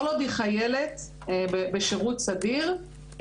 כל עוד היא חיילת בשירות סדיר,